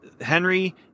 Henry